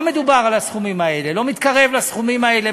לא מדובר על הסכומים האלה, לא מתקרב לסכומים האלה.